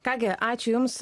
ką gi ačiū jums